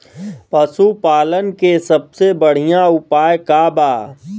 पशु पालन के सबसे बढ़ियां उपाय का बा?